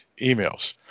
emails